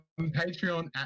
Patreon